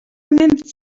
remembered